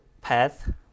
path